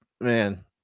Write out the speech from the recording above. man